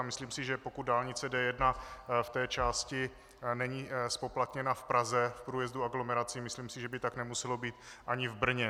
Myslím si, že pokud dálnice D1 v té části není zpoplatněna v Praze v průjezdu aglomerací, myslím si, že by tak nemuselo být ani v Brně.